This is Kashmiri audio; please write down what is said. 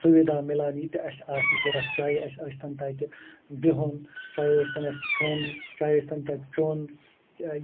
سُوِدا مِلان یہِ تہِ اَسہِ آسہِ ضوٚرَتھ چاہیے اَسہِ ٲستن تَتہِ بِہُن چاہیے ٲستن کھیوٚن چاہیے ٲستن تَتہِ چیوٚن